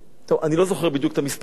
אני לא זוכר בדיוק את המספרים,